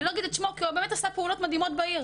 אני לא אגיד את שמו כי הוא באמת עשה פעולות מדהימות בעיר,